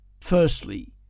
Firstly